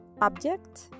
object